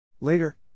Later